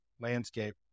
landscape